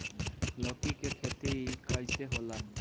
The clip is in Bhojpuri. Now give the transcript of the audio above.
लौकी के खेती कइसे होला?